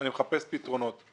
אני מחפש פתרונות.